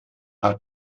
paar